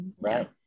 right